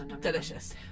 Delicious